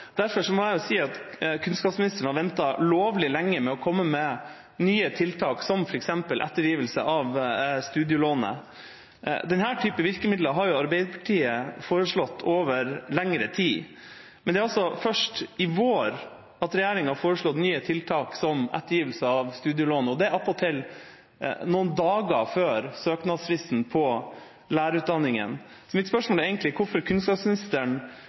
Derfor må jeg si at kunnskapsministeren har ventet lovlig lenge med å komme med nye tiltak, som f.eks. ettergivelse av studielån. Denne typen virkemidler har Arbeiderpartiet foreslått i lengre tid, men det er altså først i vår at regjeringa har foreslått nye tiltak som ettergivelse av studielån, og det attpåtil noen dager før søknadsfristen til lærerutdanningen utløpte. Mitt spørsmål er egentlig hvorfor kunnskapsministeren